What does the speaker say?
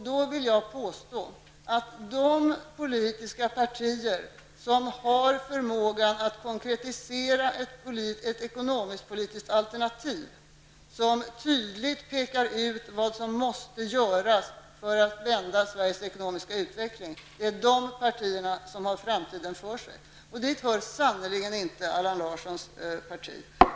Då vill jag påstå att de politiska partier som har förmågan att konkretisera ett ekonomisk-politiskt alternativ, som tydligt pekar ut vad som måste göras för att vända Sveriges ekonomiska utveckling, är de partier som har framtiden för sig. Dit hör sannerligen inte Allan Larssons parti.